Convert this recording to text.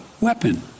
weapon